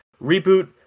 reboot